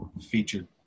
featured